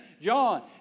John